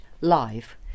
live